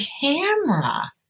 camera